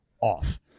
off